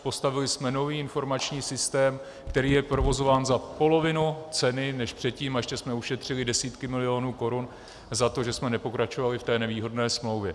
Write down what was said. Postavili jsme nový informační systém, který je provozován za polovinu ceny než předtím, a ještě jsme ušetřili desítky milionů korun za to, že jsme nepokračovali v té nevýhodné smlouvě.